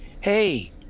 Hey